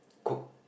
cook